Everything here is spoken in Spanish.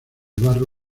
barro